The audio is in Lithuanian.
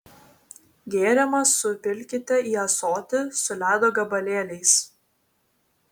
gėrimą supilkite į ąsotį su ledo gabalėliais